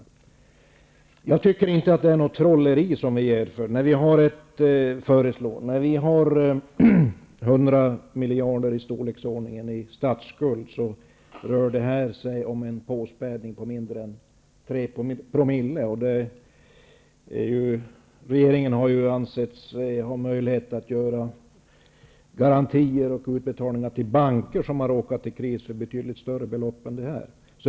Jag tycker inte att det är något trolleri som vi föreslår, när statsskulden är i storleksordningen 100 miljarder och det här rör sig om en påspädning på mindre än tre promille. Regeringen har ju ansett sig ha möjlighet att utfästa garantier och göra utbetalningar med betydligt större belopp än detta till banker som har råkat i kris.